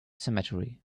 cemetery